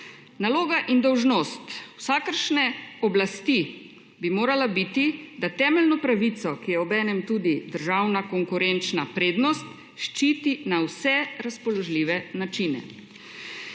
Naloga in dolžnost vsakršne oblasti bi morala biti, da temeljno pravico, ki je obenem tudi državna konkurenčna prednost, ščiti na vse razpoložljive načine.